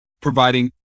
providing